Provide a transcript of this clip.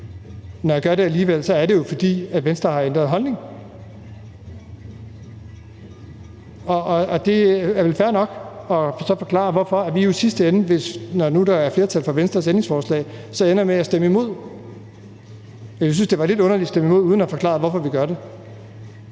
når jeg gør det alligevel, er det jo, fordi Venstre har ændret holdning. Og det er vel fair nok så at forklare, hvorfor vi jo i sidste ende, når nu der er flertal for Venstres ændringsforslag, så ender med at stemme imod. Jeg ville synes, det var lidt underligt at stemme imod uden at forklare, hvorfor vi gør det.